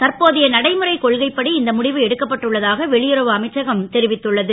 தற்போதைய நடைமுறை கொள்கைப்படி இந்த முடிவு எடுக்கப்பட்டு உள்ள தாக வெளியுறவு அமைச்சகம் தெரிவித்துள்ளது